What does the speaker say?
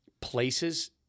places